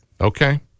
Okay